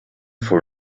for